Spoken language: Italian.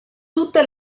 tutte